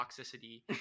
toxicity